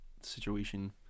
situation